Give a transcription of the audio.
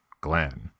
Glen